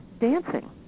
dancing